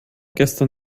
gestern